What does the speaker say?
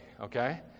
Okay